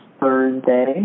Thursday